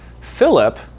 Philip